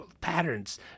patterns